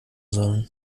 sollen